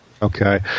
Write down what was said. Okay